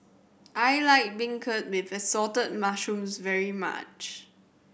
I like beancurd with Assorted Mushrooms very much